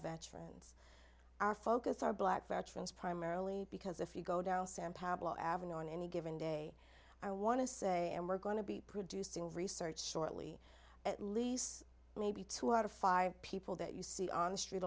veterans our focus our black friends primarily because if you go darryl san pablo ave on any given day i want to say and we're going to be producing research shortly at least maybe two out of five people that you see on the street